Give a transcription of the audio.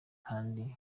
kandi